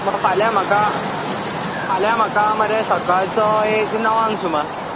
फाल्यां म्हाका फाल्यां म्हाका मरे सकाळचो मरे एक णवांक सुमार